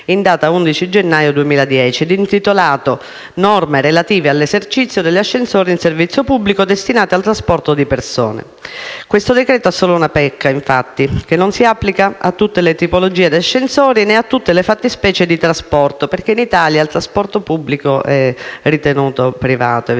in data 11 gennaio 2010 e intitolato: «Norme relative all'esercizio degli ascensori in servizio pubblico destinati al trasporto di persone». Questo decreto ha solo una pecca: non si applica a tutte le tipologie di ascensori né a tutte le fattispecie di trasporto, perché in Italia il trasporto pubblico è ritenuto, evidentemente,